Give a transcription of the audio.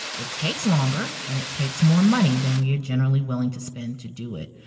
it takes longer and it takes more money than we are generally willing to spend to do it.